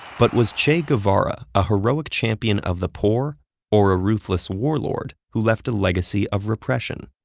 but was che guevara a heroic champion of the poor or a ruthless warlord who left a legacy of repression?